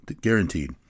guaranteed